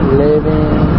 living